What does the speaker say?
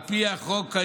על פי החוק,